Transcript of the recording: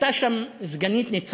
נא